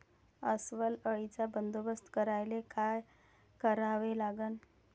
अस्वल अळीचा बंदोबस्त करायले काय करावे लागन?